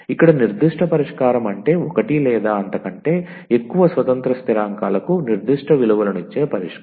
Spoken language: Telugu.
ఇక్కడ నిర్దిష్ట పరిష్కారం అంటే ఒకటి లేదా అంతకంటే ఎక్కువ స్వతంత్ర స్థిరాంకాలకు నిర్దిష్ట విలువలను ఇచ్చే పరిష్కారం